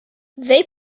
they